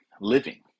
living